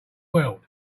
world